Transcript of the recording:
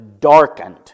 darkened